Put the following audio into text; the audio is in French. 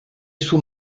sous